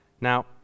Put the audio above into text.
Now